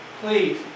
please